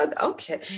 Okay